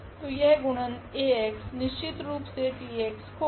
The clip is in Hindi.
तो यह गुणन Ax निश्चितरूप से T होगा